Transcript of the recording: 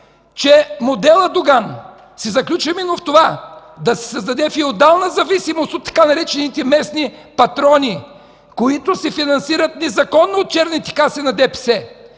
че моделът „Доган” се заключава именно в това да се създаде феодална зависимост от тъй наречените „местни патрони”, които се финансират незаконно от черните каси на ДПС.